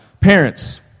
parents